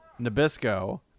Nabisco